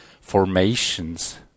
formations